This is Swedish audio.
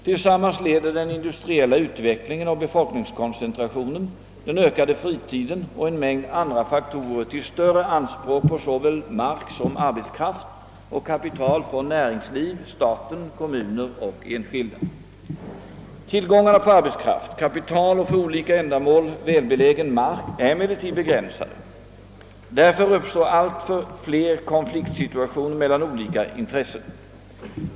Tillsammans leder den industriella utvecklingen och befolkningskoncentrationen, den ökade fritiden och en mängd andra faktorer till större anspråk på såväl mark som arbetskraft och kapital från näringsliv, staten, kommuner och enskilda. Tillgångarna på arbetskraft, kapital och för olika ändamål välbelägen mark är emellertid begränsade. Därför uppstår allt fler konfliktsituationer mellan olika intressen.